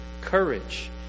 courage